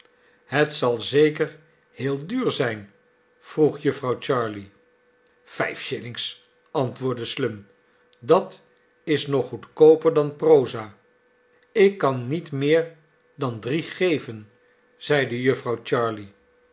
het zal zeker heel duur zijn vroeg jufvrouw jarley vijf shillings antwoordde slum dat is nog goedkooper dan proza ik kan niet meer dan drie geven zeide jufvrouw